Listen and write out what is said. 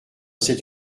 c’est